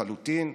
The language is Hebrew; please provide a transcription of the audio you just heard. לחלוטין.